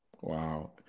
wow